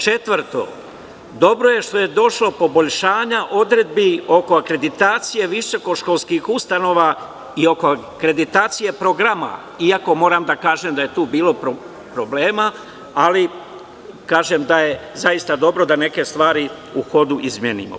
Četvrto, dobro je što je došlo poboljšanje odredbi oko akreditacije visokoškolskih ustanova i oko akreditacije programa, iako moram da kažem da je tu bilo problema, ali kažem da je zaista dobro da neke stvari u hodu izmenimo.